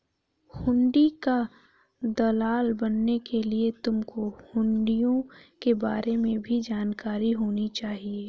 हुंडी का दलाल बनने के लिए तुमको हुँड़ियों के बारे में भी जानकारी होनी चाहिए